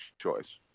choice